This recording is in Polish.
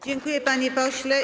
Dziękuję, panie pośle.